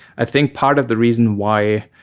i think part of the reason why,